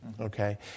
Okay